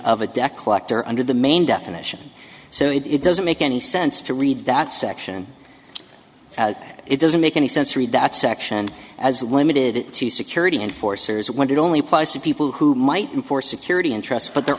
of a deck collector under the main definition so it doesn't make any sense to read that section it doesn't make any sense read that section as limited to security enforcers when it only applies to people who might and for security interests but they're